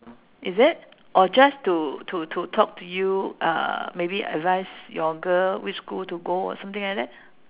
is it or just to to to talk to you uh maybe advise your girl which school to go or something like that